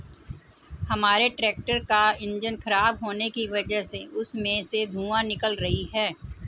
हमारे ट्रैक्टर का इंजन खराब होने की वजह से उसमें से धुआँ निकल रही है